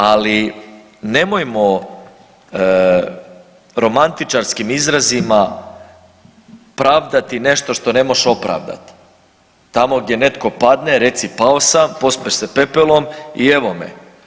Ali nemojmo romantičarskim izrazima pravdati nešto što ne moš opravdati, tamo gdje neko padne reci pao sam, pospeš se pepelom i evo me.